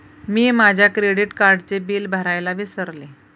मी माझ्या क्रेडिट कार्डचे बिल भरायला विसरले